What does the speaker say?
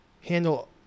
handle